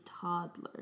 toddler